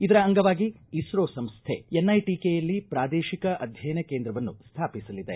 ಇದರ ಅಂಗವಾಗಿ ಇಸ್ತೋ ಸಂಸ್ಥೆ ಎನ್ಐಟಿಕೆಯಲ್ಲಿ ಪ್ರಾದೇಶಿಕ ಅಧ್ಯಯನ ಕೇಂದ್ರವನ್ನು ಸ್ಥಾಪಿಸಲಿದೆ